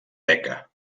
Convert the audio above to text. teca